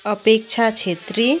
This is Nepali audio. अपेक्षा छेत्री